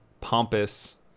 pompous